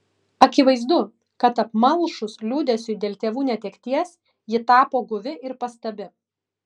akivaizdu kad apmalšus liūdesiui dėl tėvų netekties ji tapo guvi ir pastabi